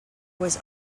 was